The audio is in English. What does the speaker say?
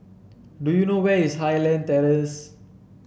do you know where is Highland Terrace